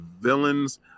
villains